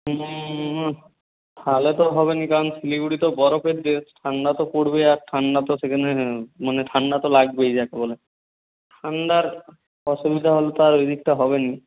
হুম থাহলে তো হবে নি কারণ শিলিগুড়ি তো বরফের দেশ ঠান্ডা তো পড়বেই আর ঠান্ডা তো সেখানে মানে ঠান্ডা তো লাগবেই যাকে বলে ঠান্ডার অসুবিধা হলে তো আর ওই দিকটা হবে না